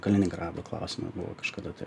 kaliningrado klausimas buvo kažkada tai